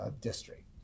district